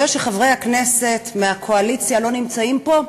זה שחברי הכנסת מהקואליציה לא נמצאים פה,